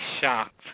shocked